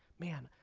man,